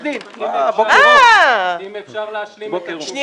אם אפשר להשלים את התשובה, אני אשמח.